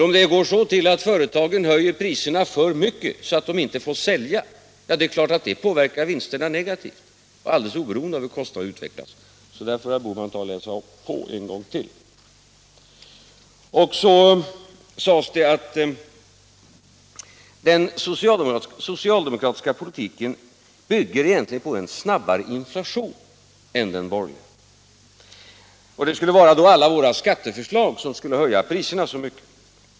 Om företagen höjer priserna för mycket så att de inte får sälja påverkar det givetvis vinsterna negativt alldeles oberoende av hur kostnaderna har utvecklats. Detta får herr Bohman läsa på en gång till. Vidare framhöll herr Bohman att den socialdemokratiska politiken egentligen bygger på en snabbare inflation än den borgerliga politiken gör. Alla våra skatteförslag skulle höja priserna så mycket.